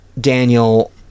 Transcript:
Daniel